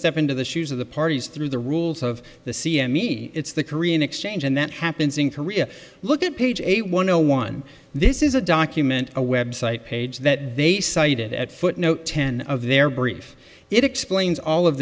step into the shoes of the parties through the rules of the c m e it's the korean exchange and that happens in korea look at page eight one o one this is a document a website page that they cited at footnote ten of their brief it explains all of